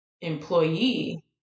employee